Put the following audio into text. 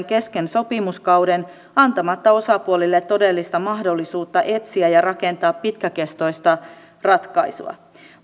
kesken sopimuskauden antamatta osapuolille todellista mahdollisuutta etsiä ja rakentaa pitkäkestoista ratkaisua